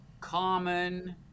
common